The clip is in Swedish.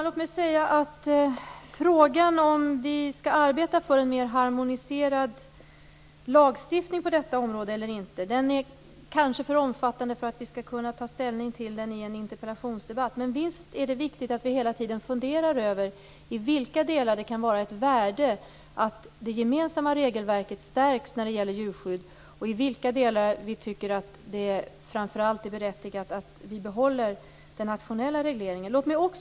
Fru talman! Frågan om vi skall arbeta för en mer harmoniserad lagstiftning på detta område eller inte är kanske för omfattande för att vi skall kunna ta ställning till den i en interpellationsdebatt. Men visst är det viktigt att vi hela tiden funderar över i vilka delar det kan vara ett värde att det gemensamma regelverket stärks när det gäller djurskydd och i vilka delar vi tycker att det framför allt är berättigat att behålla den nationella regleringen.